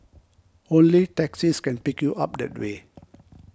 only taxis can pick you up that way